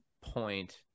point